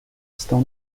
estão